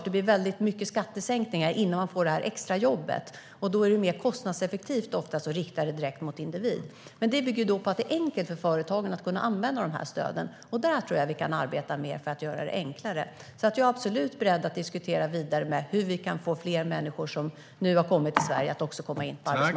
Det blir väldigt mycket skattesänkningar innan man får det här extrajobbet, och därför är det oftast mer kostnadseffektivt att rikta det direkt mot individ. Detta bygger på att det är enkelt för företagen att kunna använda dessa stöd, och jag tror att vi kan arbeta mer för att göra det enklare. Jag är absolut beredd att diskutera vidare hur vi kan få fler människor som nu har kommit till Sverige att också komma in på arbetsmarknaden.